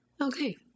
Okay